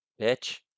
bitch